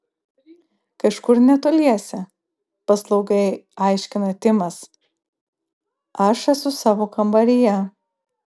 kažkur netoliese paslaugiai aiškina timas aš esu savo kambaryje